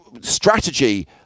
strategy